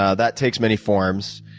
ah that takes many forms.